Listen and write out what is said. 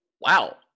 wow